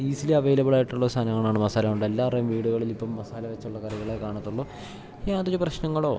easily available ആയിട്ടുള്ള സാധനങ്ങളാണ് മസാല കൊണ്ട് എല്ലാവരുടെയും വീടുകളിലിപ്പം മസാല വെച്ചുള്ള കറികളേ കാണത്തുള്ളു യാതൊര് പ്രശ്നങ്ങളോ